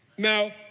Now